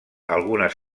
algunes